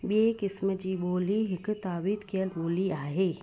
ॿिए किस्म जी ॿोली हिकु ताबिदु कयल ॿोली आहे